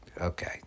okay